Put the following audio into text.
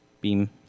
beam